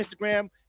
Instagram